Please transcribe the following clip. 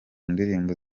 ndirimbo